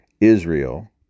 Israel